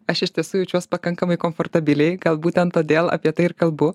aš iš tiesų jaučiuos pakankamai komfortabiliai gal būtent todėl apie tai ir kalbu